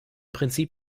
prinzip